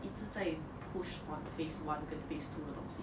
一直在 push on phase one 跟 phase two 的东西